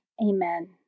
Amen